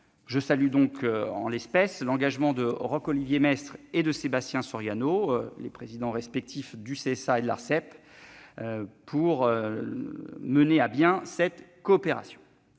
Je salue, en l'espèce, l'engagement de Roch-Olivier Maistre et de Sébastien Soriano, présidents respectivement du CSA et de l'Arcep, pour mener à bien cette coopération